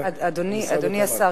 אדוני השר,